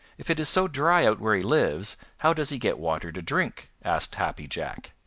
if it is so dry out where he lives, how does he get water to drink? asked happy jack.